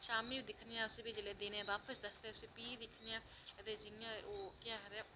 शाम्मी बी दिक्खने आं फ्ही दिने बापस दसदे फ्ही दिक्खने आं ते जियां ओह् केह् आखदे